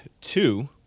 Two